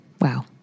Wow